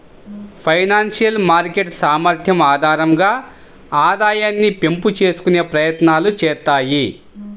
financial market సామర్థ్యం ఆధారంగా ఆదాయాన్ని పెంపు చేసుకునే ప్రయత్నాలు చేత్తాయి